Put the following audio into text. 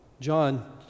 John